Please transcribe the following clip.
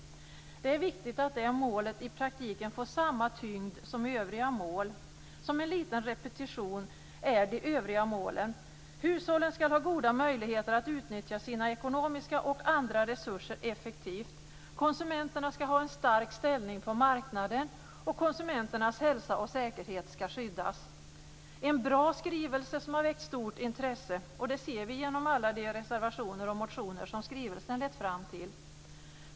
Det är viktigt att det målet i praktiken får samma tyngd som övriga mål. Som en liten repetition kan jag säga att de övriga målen är: Hushållen skall ha goda möjligheter att utnyttja sina ekonomiska och andra resurser effektivt. Konsumenterna skall ha en stark ställning på marknaden. Konsumenternas hälsa och säkerhet skall skyddas. Det är en bra skrivelse som har väckt stort intresse. Det ser vi genom alla de reservationer och motioner som skrivelsen lett fram till.